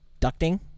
ducting